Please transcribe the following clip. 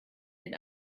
den